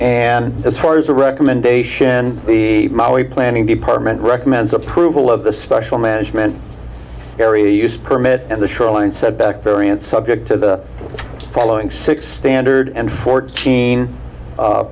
and as far as the recommendation in the planning department recommends approval of the special management area use permit and the shoreline setback variance subject to the following six standard and fourteen